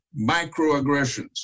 microaggressions